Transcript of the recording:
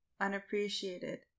unappreciated